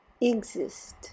exist